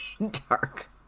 Dark